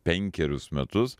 penkerius metus